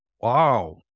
Wow